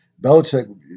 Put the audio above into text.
Belichick